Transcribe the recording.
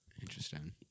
Interesting